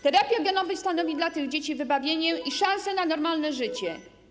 Terapia genowa stanowi dla tych dzieci wybawienie i szansę na normalne życie.